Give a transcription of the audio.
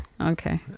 Okay